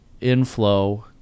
inflow